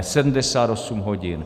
Sedmdesát osm hodin.